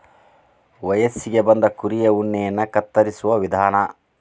ವಯಸ್ಸಿಗೆ ಬಂದ ಕುರಿಯ ಉಣ್ಣೆಯನ್ನ ಕತ್ತರಿಸುವ ವಿಧಾನ